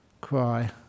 cry